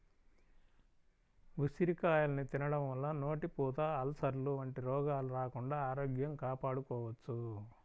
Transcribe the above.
ఉసిరికాయల్ని తినడం వల్ల నోటిపూత, అల్సర్లు వంటి రోగాలు రాకుండా ఆరోగ్యం కాపాడుకోవచ్చు